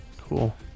Cool